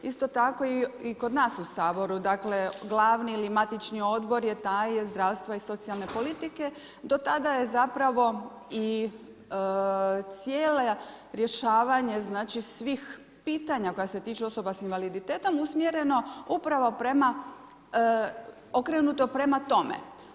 Isto tako i kod nas u saboru dakle, glavni ili matični odbor je taj zdravstva i socijalne politike, do tada je zapravo i cijela rješavanje znači svih pitanja koja se tiču osoba s invaliditetom, usmjereno upravo, okrenuto prema tome.